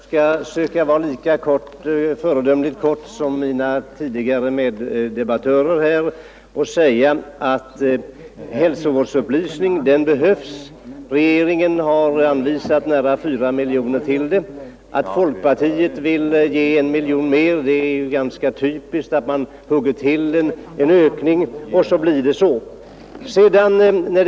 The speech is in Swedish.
Herr talman! Jag skall söka fatta mig lika föredömligt kort som mina meddebattörer. Hälsovårdsupplysning behövs, och regeringen har anvisat nära 4 miljoner för ändamålet. Att folkpartiet vill ge 1 miljon mer är ju ganska typiskt. Man hugger till med en ökning och så blir det som det blir.